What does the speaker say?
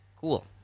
cool